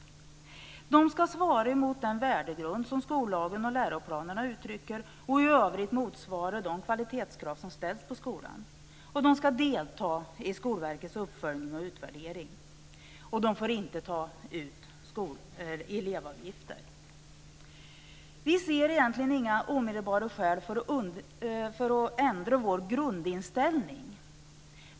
De fristående skolorna ska svara mot den värdegrund som skollagen och läroplanerna uttrycker och i övrigt motsvara de kvalitetskrav som ställs på skolan. 5. De ska delta i Skolverkets uppföljning och utvärdering. 6. De får inte ta ut elevavgifter. Vi ser egentligen inga omedelbara skäl för att ändra vår grundinställning.